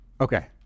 Okay